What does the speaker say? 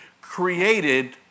created